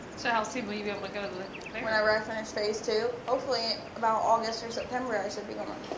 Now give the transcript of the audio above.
how soon will you be able to go to the there? whenever i finish phase two. hopefully, about august or september, i should be going.